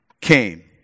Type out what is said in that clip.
came